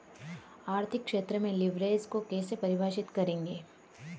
आर्थिक क्षेत्र में लिवरेज को कैसे परिभाषित करेंगे?